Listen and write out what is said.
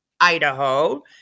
Idaho